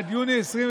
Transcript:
הזה.